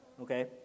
Okay